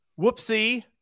whoopsie